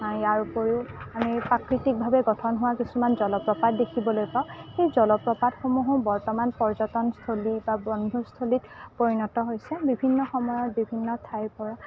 ইয়াৰ উপৰিও আমি প্ৰাকৃতিকভাৱে গঠন হোৱা কিছুমান জলপ্ৰপাত দেখিবলৈ পাওঁ এই জলপ্ৰপাতসমূহো বৰ্তমান পৰ্যটনস্থলী বা বনভোজস্থলীত পৰিণত হৈছে বিভিন্ন সময়ত বিভিন্ন ঠাইৰপৰা